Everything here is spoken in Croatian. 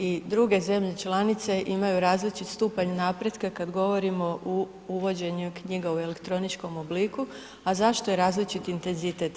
I druge zemlje članice imaju različiti stupanj napretka kad govorimo u uvođenju knjiga u elektroničkom obliku, a zašto je različiti intenzitet?